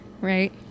Right